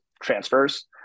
transfers